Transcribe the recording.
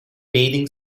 bathing